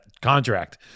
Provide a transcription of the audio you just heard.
contract